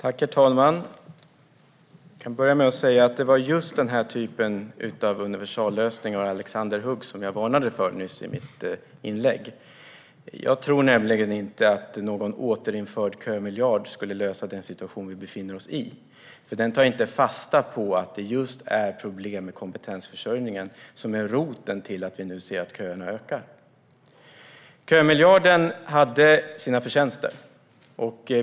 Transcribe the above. Herr talman! Det var just den här typen av universallösningar och alexanderhugg som jag nyss varnade för. Jag tror nämligen inte att någon återinförd kömiljard skulle lösa den situation vi befinner oss i. Den tar inte fasta på att det är problem med kompetensförsörjningen som är roten till att köerna nu ökar. Kömiljarden hade sina förtjänster.